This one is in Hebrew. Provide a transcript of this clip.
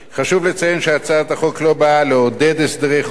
חשוב לציין שהצעת החוק לא באה לעודד הסדרי חוב,